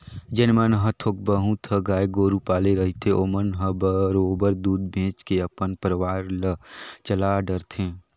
जेन मन ह थोक बहुत ह गाय गोरु पाले रहिथे ओमन ह बरोबर दूद बेंच के अपन परवार ल चला डरथे